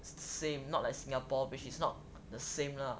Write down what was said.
same not like singapore which is not the same lah